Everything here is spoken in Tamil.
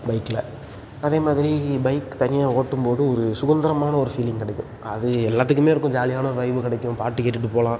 பைக்கில் அதே மாதிரி பைக் தனியாக ஓட்டும் போது ஒரு சுகந்திரமான ஒரு ஃபீலிங் கிடைக்கும் அது எல்லாத்துக்குமே இருக்கும் ஜாலியான ஒரு வைபு கிடைக்கும் பாட்டுக் கேட்டுகிட்டு போகலாம்